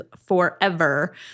forever